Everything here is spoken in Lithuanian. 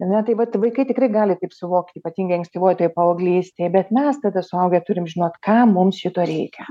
ar ne tai vat vaikai tikrai gali taip suvokt ypatingai ankstyvojoj toj paauglystėj bet mes tada suaugę turim žinot kam mums šito reikia